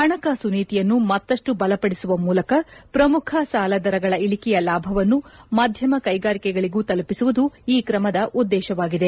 ಹಣಕಾಸು ನೀತಿಯನ್ನು ಮತ್ತಷ್ಟು ಬಲಪಡಿಸುವ ಮೂಲಕ ಪ್ರಮುಖ ಸಾಲ ದರಗಳ ಇಳಿಕೆಯ ಲಾಭವನ್ನು ಮಧ್ಯಮ ಕ್ಲೆಗಾರಿಕೆಗಳಿಗೂ ತಲುಪಿಸುವುದು ಈ ಕ್ರಮದ ಉದ್ದೇಶವಾಗಿದೆ